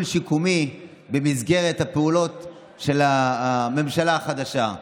שיקומי במסגרת הפעולות של הממשלה החדשה.